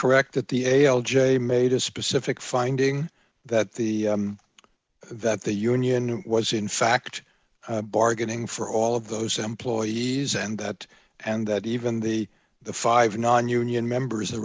correct that the a l j made a specific finding that the that the union was in fact bargaining for all of those employees and that and that even the five non union members o